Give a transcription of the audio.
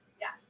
Yes